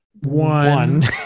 One